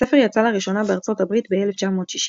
הספר יצא לראשונה בארצות הברית ב-1960.